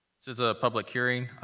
this is a public hearing.